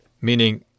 meaning